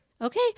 okay